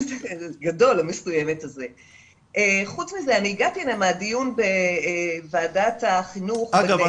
חוץ מזה הגעתי מדיון בוועדת החינוך --- אגב,